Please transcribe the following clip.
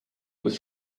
was